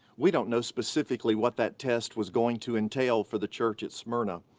we don't know specifically what that test was going to entail for the church at smyrna,